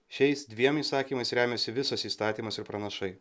šiais dviem įsakymais remiasi visas įstatymas ir pranašai